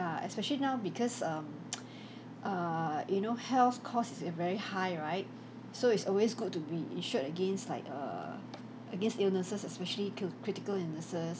ya especially now because um err you know health cost is a very high right so it's always good to be insured against like err against illnesses especially cril~ critical illnesses